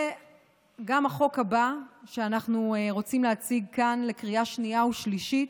גם החוק הבא שאנחנו רוצים להציג כאן לקריאה שנייה ושלישית,